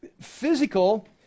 Physical